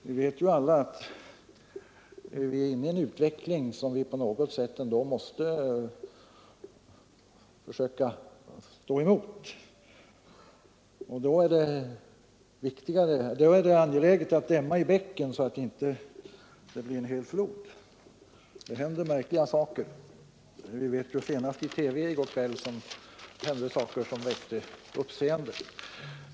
Vi vet ju alla att vi är inne i en utveckling som vi på något sätt måste försöka stå emot, och då är det angeläget att stämma i bäcken så att det inte blir en hel flod. Det händer märkliga saker. Vi vet att senast i går kväll förekom saker i TV som väckte uppseende.